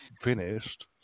finished